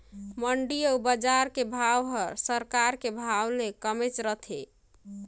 मंडी अउ बजार के भाव हर सरकार के भाव ले कमेच रथे